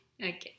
Okay